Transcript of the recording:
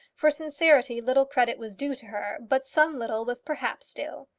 for sincerity little credit was due to her but some little was perhaps due.